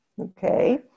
okay